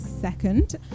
second